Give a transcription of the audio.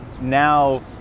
now